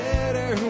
better